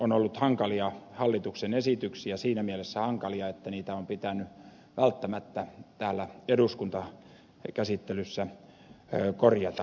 on ollut hankalia hallituksen esityksiä siinä mielessä hankalia että niitä on pitänyt välttämättä täällä eduskuntakäsittelyssä korjata